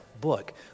book